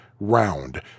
round